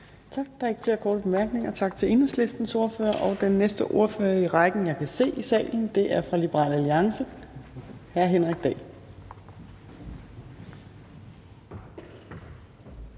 Tak. Der er ikke flere korte bemærkninger. Tak til Enhedslistens ordfører. Den næste ordfører i rækken, som jeg kan se i salen, er hr. Henrik Dahl